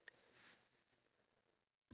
ya a fridge